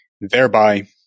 thereby